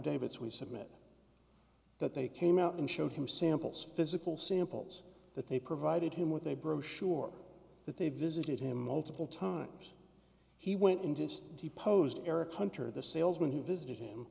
affidavits we submit that they came out and showed him samples physical samples that they provided him with a brochure that they visited him multiple times he went into his depots eric hunter the salesman who visited him